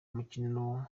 umukino